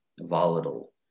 volatile